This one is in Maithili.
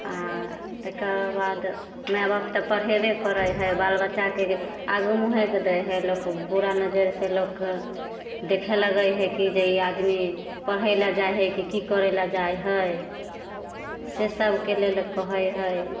आओर तकर बाद माइ बाप तऽ पढ़ेबै करै हइ बाल बच्चाके आगू मुँहेके दै हइ लोक बुरा नजरि से लोकके देखे लगै हइ कि जे ई आदमी पढ़ैलए जाइ हइ कि कि करैलए जाइ हइ से सभके लेल कहै हइ